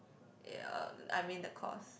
ya I mean the course